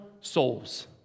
souls